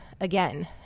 again